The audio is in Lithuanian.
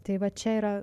tai va čia yra